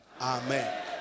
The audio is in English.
Amen